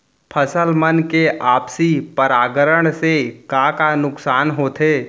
फसल मन के आपसी परागण से का का नुकसान होथे?